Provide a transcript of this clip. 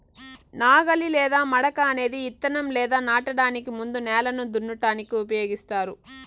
నాగలి లేదా మడక అనేది ఇత్తనం లేదా నాటడానికి ముందు నేలను దున్నటానికి ఉపయోగిస్తారు